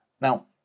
Now